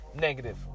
negative